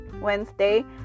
Wednesday